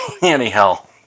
Anyhow